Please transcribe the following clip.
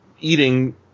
eating